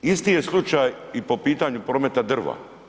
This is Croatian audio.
Isti je slučaj i po pitanju prometa drva.